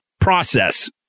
process